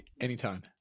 anytime